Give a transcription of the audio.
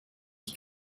ich